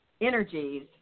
energies